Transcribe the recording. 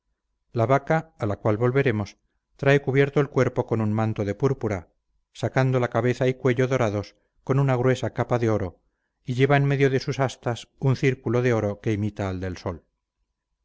la vaca a la cual volveremos trae cubierto el cuerpo con un manto de púrpura sacando la cabeza y cuello dorados con una gruesa capa de oro y lleva en medio de sus astas un círculo de oro que imita al del sol